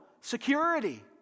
security